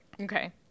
Okay